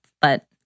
but-